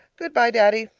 goodbye, daddy.